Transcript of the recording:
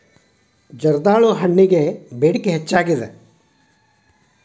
ಜರ್ದಾಳು ಹಣ್ಣಗೆ ಬೇಡಿಕೆ ಹೆಚ್ಚಾಗಿದೆ